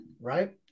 Right